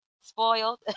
Spoiled